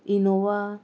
Innova